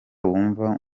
wumva